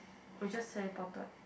we just say ported